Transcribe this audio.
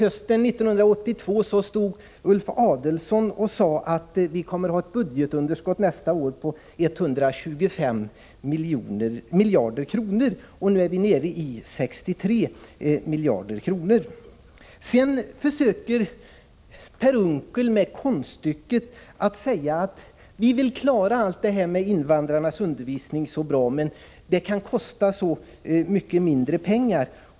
Hösten 1982 stod Ulf Adelsohn och sade, att vi kommer att ha ett budgetunderskott nästa år på 125 miljarder kronor. Nu är vi nere i 63 miljarder kronor! Sedan försöker Per Unckel göra ett konststycke och säger: Vi vill klara allt det här med invandrarnas undervisning så bra, men det kan kosta mycket mindre pengar.